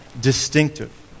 distinctive